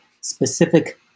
specific